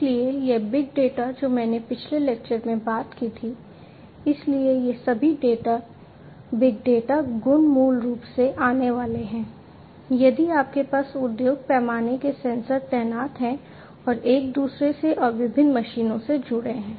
इसलिए यह big data जो मैंने पिछले लेक्चर में बात की थी इसलिए ये सभी बिग डेटा गुण मूल रूप से आने वाले हैं यदि आपके पास उद्योग पैमाने के सेंसर तैनात हैं और एक दूसरे से और विभिन्न मशीनों से जुड़े हैं